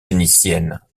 vénitienne